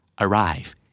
Arrive